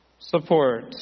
support